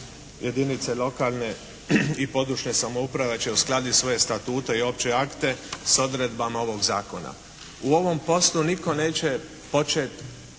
jedinice lokalne i područne samouprave će uskladiti svoje statute i opće akte s odredbama ovog Zakona. U ovom poslu nitko neće počet